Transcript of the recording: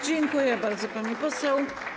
Dziękuję bardzo, pani poseł.